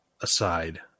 aside